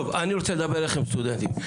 טוב, אני רוצה לדבר אליכם, הסטודנטים.